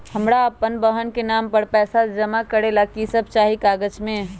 हमरा अपन बहन के नाम पर पैसा जमा करे ला कि सब चाहि कागज मे?